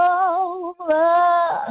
over